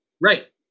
right